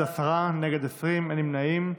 בעד, עשרה, נגד, 20, אין נמנעים.